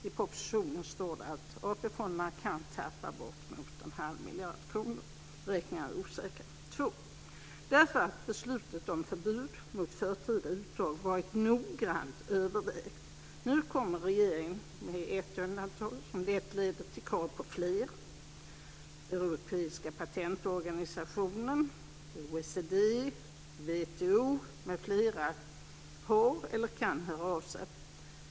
I propositionen står det att AP-fonderna kan tappa bortemot en halv miljard kronor. Beräkningarna är osäkra. 2. Därför att beslutet om förbud mot förtida uttag varit noggrant övervägt. Nu kommer regeringen med ett undantag som lätt leder till krav på fler. m.fl. får eller kan höra av sig.